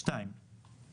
"לפי בקשת המוסד לביטוח לאומי